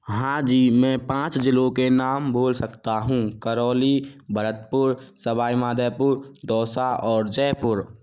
हाँ जी मैं पाँच ज़िलों के नाम बोल सकता हूँ करौली भरतपुर सवाई माधोपुर दौसा और जयपुर